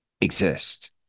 exist